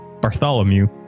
Bartholomew